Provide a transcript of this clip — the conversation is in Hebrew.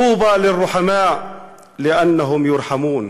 אשרי הרחמנים כי הם ירחמו,